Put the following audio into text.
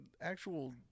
actual